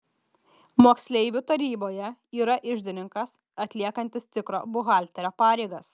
moksleivių taryboje yra iždininkas atliekantis tikro buhalterio pareigas